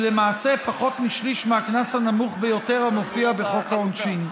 ולמעשה פחות משליש מהקנס הנמוך ביותר המופיע בחוק העונשין.